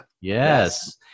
Yes